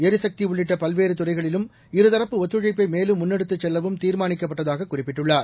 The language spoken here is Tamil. எரிசக்தி உள்ளிட்ட பல்வேறு துறைகளிலும் இருதரப்பு ஒத்துழைப்பை மேலும் முன்னெடுத்துச் செல்லவும் தீர்மானிக்கப்பட்டதாக குறிப்பிட்டுள்ளார்